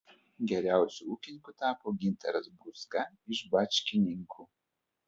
geriausiu ūkininku tapo gintaras brūzga iš bačkininkų